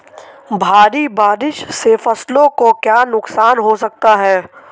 भारी बारिश से फसलों को क्या नुकसान हो सकता है?